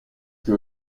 que